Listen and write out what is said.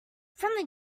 friendly